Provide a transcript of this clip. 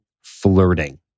flirting